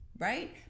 Right